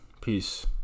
Peace